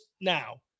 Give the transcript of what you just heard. now